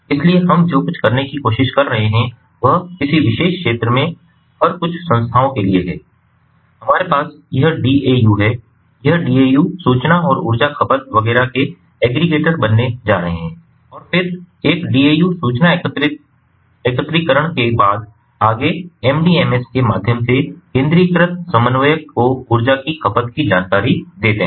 इसलिए हम जो कुछ करने की कोशिश कर रहे हैं वह किसी विशेष क्षेत्र में हर कुछ संस्थाओं के लिए है हमारे पास यह डीएयू हैं यह डीएयू सूचना और ऊर्जा खपत वगैरह के एग्रीगेटर बनने जा रहे हैं और फिर यह डीएयू सूचना एकत्रीकरण के बाद आगे एमडीएमएस के माध्यम से केंद्रीकृत समन्वयक को ऊर्जा की खपत की जानकारी देते हैं